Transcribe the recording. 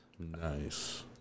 Nice